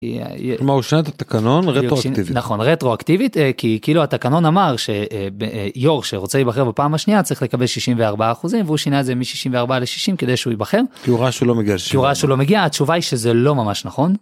כלומר הוא שינה את התקנון רטרואקטיבית, נכון רטרואקטיבית. כי כאילו התקנון אמר שיו"ר שרוצה להיבחר בפעם השנייה צריך לקבל 64%. והוא שינה זה מ-64 ל-60 כדי שהוא ייבחר. כי הוא ראה שהוא לא מגיע, כי הוא ראה שהוא לא מגיע. התשובה היא שזה לא ממש נכון.